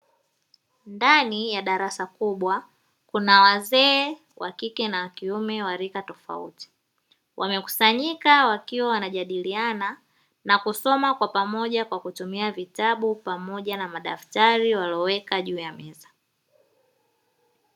Ndani ya darasa kubwa kuna wazee wa kike na wa kiume wa rika tofauti, wamekusanyika wakiwa wanajadiliana na kusoma kwa pamoja kwa kutumia vitabu pamoja na madaftari walioweka juu ya meza.